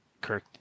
Kirk